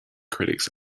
critics